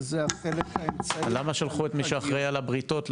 שזה החלק --- למה שלחו את מי שאחראי על הבריתות,